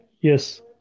Yes